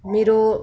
मेरो